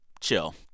chill